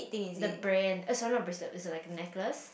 the brand oh sorry not bracelet it's like necklace